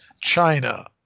China